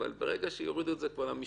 ברגע שיורידו את זה למשנים,